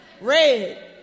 Red